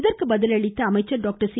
இதற்கு பதிலளித்த அமைச்சர் டாக்டர் சி